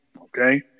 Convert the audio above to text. Okay